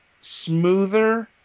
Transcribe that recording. smoother